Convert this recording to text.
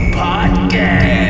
podcast